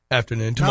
afternoon